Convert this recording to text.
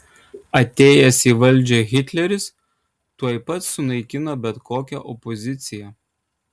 atėjęs į valdžią hitleris tuoj pat sunaikino bet kokią opoziciją